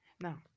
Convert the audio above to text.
Now